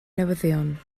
newyddion